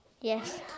Yes